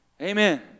Amen